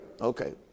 Okay